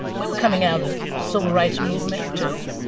we were coming out of the civil rights movement, too,